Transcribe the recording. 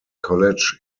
college